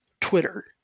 Twitter